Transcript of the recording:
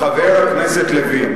חבר הכנסת לוין,